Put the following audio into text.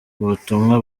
ubutumwa